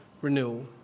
renewal